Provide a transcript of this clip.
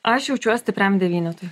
aš jaučiuos stipriam devynetui